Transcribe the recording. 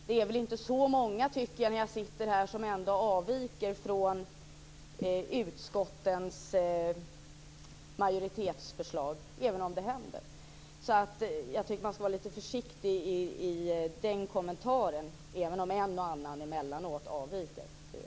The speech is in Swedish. Det är väl inte så många, tycker jag när jag sitter här, som ändå avviker från utskottens majoritetsförslag, även om det händer. Så jag tycker att man skall vara lite försiktig i den kommentaren, även om en och annan emellanåt avviker - det vet jag.